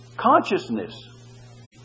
consciousness